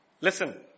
Listen